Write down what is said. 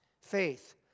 faith